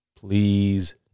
please